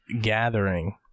gathering